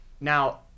Now